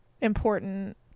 Important